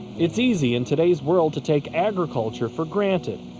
it's easy in today's world to take agriculture for granted.